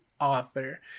author